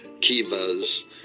kivas